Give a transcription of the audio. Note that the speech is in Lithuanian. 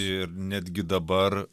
ir netgi dabar